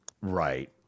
Right